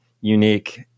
unique